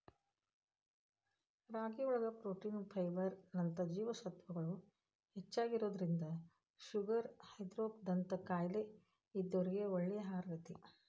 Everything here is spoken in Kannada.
ರಾಗಿಯೊಳಗ ಪ್ರೊಟೇನ್, ಫೈಬರ್ ನಂತ ಜೇವಸತ್ವಗಳು ಹೆಚ್ಚಾಗಿರೋದ್ರಿಂದ ಶುಗರ್, ಹೃದ್ರೋಗ ದಂತ ಕಾಯಲೇ ಇದ್ದೋರಿಗೆ ಒಳ್ಳೆ ಆಹಾರಾಗೇತಿ